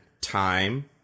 Time